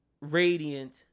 Radiant